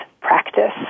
practice